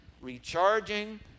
recharging